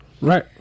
right